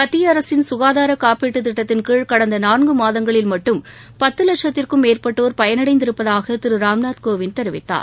மத்திய அரசின் சுகாதார காப்பீட்டுத் திட்டத்தின் கீழ் கடந்த நான்கு மாதங்களில் மட்டும் பத்து லட்சத்திற்கும் மேற்பட்டோர் பயனடைந்திருப்பதாக திரு ராம்நாத் கோவிந்த் தெரிவித்தார்